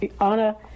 Anna